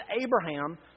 Abraham